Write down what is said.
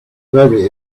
very